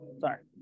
Sorry